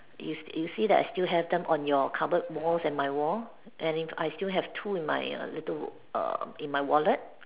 you you see that I still have them on your cupboard walls and my wall and I still have two in my little err in my wallet